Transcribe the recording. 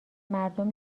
مردم